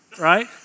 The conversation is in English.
right